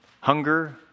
hunger